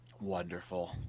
Wonderful